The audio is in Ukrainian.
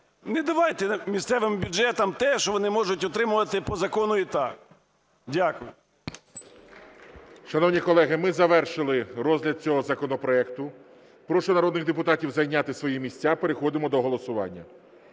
Не давайте місцевим бюджетам те, що вони можуть отримувати по закону й так. Дякую. ГОЛОВУЮЧИЙ. Шановні колеги, ми завершили розгляд цього законопроект. Прошу народних депутатів зайняти свої місця, переходимо до голосування.